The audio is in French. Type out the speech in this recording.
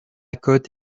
côte